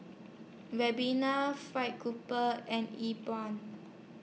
Ribena Fried Grouper and Yi Bua